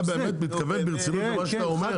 אתה באמת מתכוון ברצינות למה שאתה אומר?